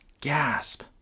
Gasp